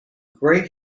great